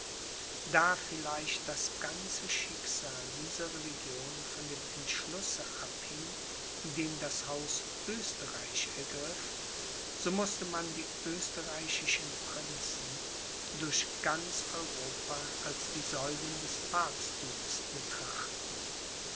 da vielleicht das ganze schicksal dieser religion von dem entschlusse abhing den das haus oesterreich ergriff so mußte man die österreichischen prinzen durch ganz europa als die säulen des papstthums betrachten